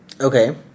Okay